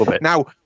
now